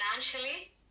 financially